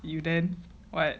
you then what